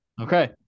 Okay